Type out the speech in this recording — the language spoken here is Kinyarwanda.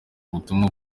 ubutumwa